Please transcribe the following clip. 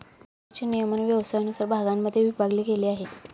बँकेचे नियमन व्यवसायानुसार भागांमध्ये विभागले गेले आहे